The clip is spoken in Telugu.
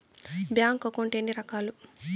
బ్యాంకు అకౌంట్ ఎన్ని రకాలు